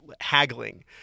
haggling